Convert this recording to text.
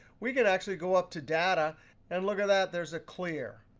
we could actually go up to data and look at that. there's a clear.